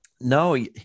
No